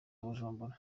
bujumbura